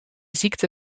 ziekte